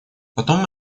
потом